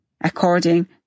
According